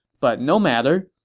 but no matter.